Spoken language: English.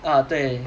ah 对